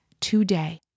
today